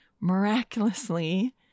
miraculously